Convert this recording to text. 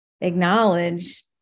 acknowledge